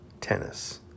tennis